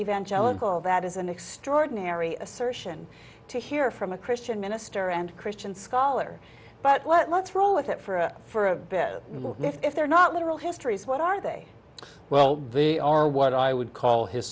evangelical that is an extraordinary assertion to hear from a christian minister and a christian scholar but what let's roll with it for for a bit more if they're not literal histories what are they well they are what i would call his